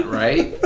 right